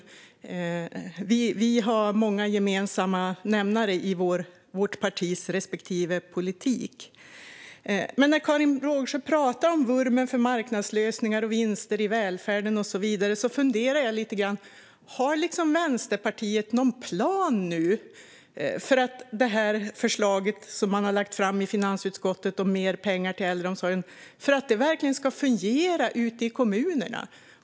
Det finns många gemensamma nämnare i våra partiers respektive politik. Men när Karin Rågsjö pratar om vurmen för marknadslösningar och vinster i välfärden undrar jag om Vänsterpartiet nu har någon plan för hur det förslag som de har lagt fram i finansutskottet om mer pengar till äldreomsorgen verkligen ska fungera ute i kommunerna.